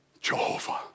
Jehovah